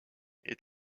est